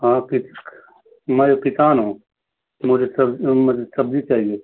हाँ मैं किसान हूँ मुझे सब मतलब सब्ज़ी चाहिए